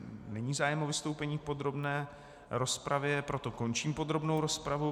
Není zájem o vystoupení v podrobné rozpravě, proto končím podrobnou rozpravu.